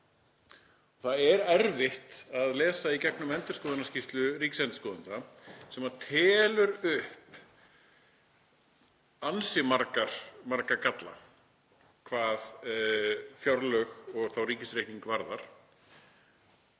Það er erfitt að lesa í gegnum endurskoðunarskýrslu ríkisendurskoðanda þar sem hann telur upp ansi marga galla hvað fjárlög og ríkisreikning varðar